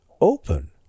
open